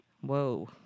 Whoa